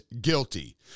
guilty